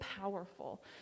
powerful